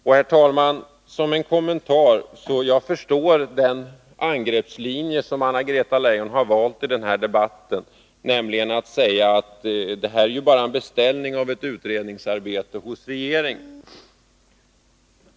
Och, herr talman, som en kommentar: Jag förstår den angreppslinje som Anna-Greta Leijon har valt i den här debatten, nämligen att säga att det här ju bara är en beställning av ett utredningsarbete hos regeringen.